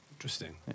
Interesting